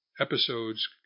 episodes